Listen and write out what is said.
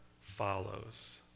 follows